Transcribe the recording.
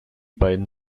beiden